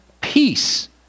peace